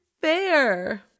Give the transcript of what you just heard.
fair